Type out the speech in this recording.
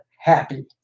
happy